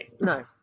no